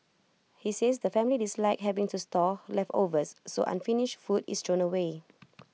he says the family dislike having to store leftovers so unfinished food is away